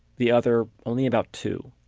the other only about two.